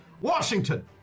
Washington